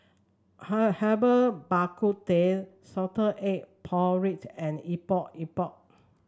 Herbal Bak Ku Teh Salted Egg pork and Epok Epok